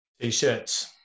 T-shirts